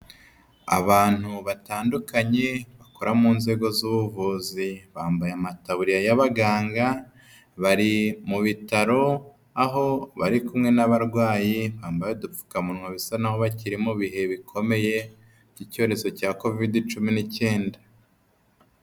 Abantu batandukanye bakora mu nzego z'ubuvuzi, bambaye amataburiya y'abaganga, bari mu bitaro aho bari kumwe n'abarwayi bambaye udupfukamunwa, bisa naho bakiri mu ibihe bikomeye by'icyorezo cya Kovid cumi n'icyenda.